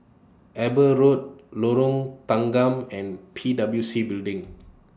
Eber Road Lorong Tanggam and P W C Building